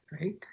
right